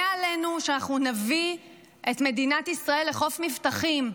עלינו שאנחנו נביא את מדינת ישראל לחוף מבטחים.